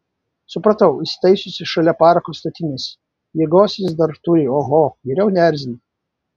supratau įsitaisiusi šalia parako statinės jėgos jis dar turi oho geriau neerzinti